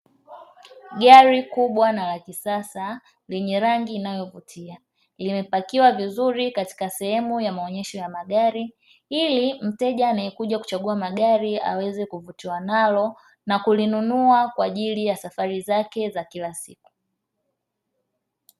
Gari kubwa na la kisasa lenye rangi inayo vutia, limepakiwa vizuri katika sehemu ya maonesho ya magari ili mteja anayekuja kuchagua magari, aweze kuvutia nalo na kulinunua kwa ajili ya safari zake za kila siku.